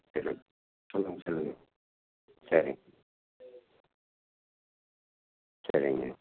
சரி சொல்லுங்க சொல்லுங்க சரிங்க சரிங்க